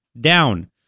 down